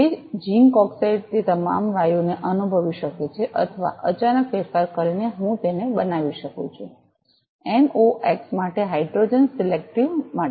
તે જ zinc oxide તે તમામ વાયુઓને અનુભવી શકે છે અથવા અચાનક ફેરફાર કરીને હું તેને બનાવી શકું છું એનઓએક્સ માટે હાઇડ્રોજન સિલેક્ટિવ માટે